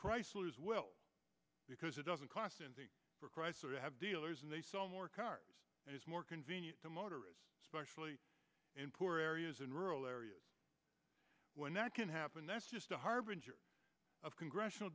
chrysler's will because it doesn't cost anything for chrysler to have dealers and they sell more cars and it's more convenient to motorists especially in poor areas in rural areas when that can happen that's just a harbinger of congressional